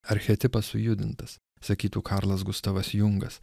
archetipas sujudintas sakytų karlas gustavas jungas